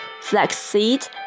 flaxseed